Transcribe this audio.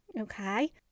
okay